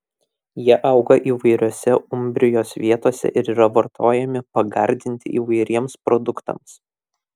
jie auga įvairiose umbrijos vietose ir yra vartojami pagardinti įvairiems produktams